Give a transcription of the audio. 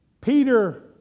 Peter